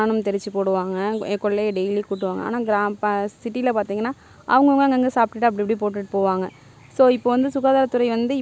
இது ஏன்ன்னு பார்த்திங்கன்னா வந்து அப்போ இருந்த காமராஜர் வந்து நிறையா அரசு பள்ளிக்கூடம் நிறையா துறந்ததுனால எல்லாரும் படிச்சு